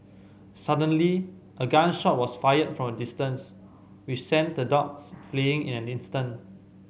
suddenly a gun shot was fired from a distance which sent the dogs fleeing in an instant